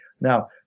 now